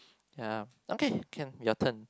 yeah okay can your turn